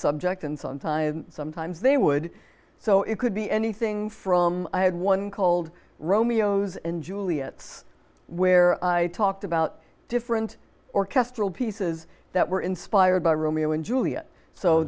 subject and sometimes sometimes they would so it could be anything from i had one called romeo's and juliet's where i talked about different orchestral pieces that were inspired by romeo and juliet so